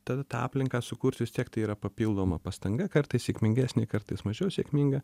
tada tą aplinką sukurt vis tiek tai yra papildoma pastanga kartais sėkmingesnė kartais mažiau sėkminga